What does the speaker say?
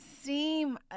seem